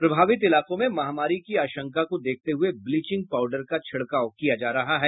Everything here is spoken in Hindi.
प्रभावित इलाकों में महामारी की आशंका को देखते हुए ब्लीचिंग पाउडर का छिड़काव किया जा रहा है